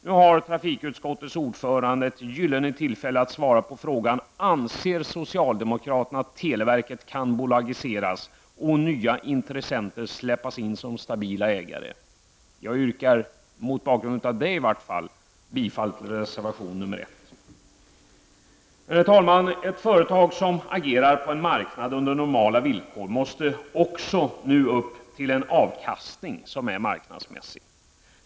Nu har trafikutskottets ordförande ett gyllene tillfälle att svara på frågan. Anser socialdemokraterna att televerket kan bolagiseras och nya intressenter släppas in som stabila ägare? Jag yrkar mot bakgrund av detta bifall till reservation nr 1. Herr talman! Ett företag som agerar på en marknad under normala villkor måste också nu upp till en avkastning som är marknadsmässig.